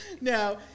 no